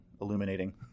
illuminating